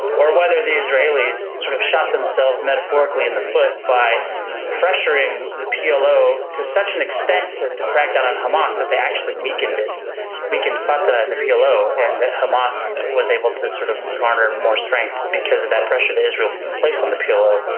or whether the israelis sort of shot themselves metaphorically in the foot by pressuring the plo to such an extent to to crack down on hamas that they actually weakened it weakened fatah and the plo and that hamas was able to sort of garner more strength because of that pressure that israel placed on the plo.